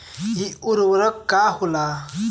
इ उर्वरक का होला?